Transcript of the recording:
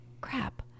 crap